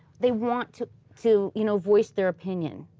they want to to you know voice their opinion,